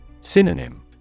Synonym